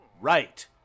Right